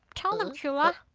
tell them, cula.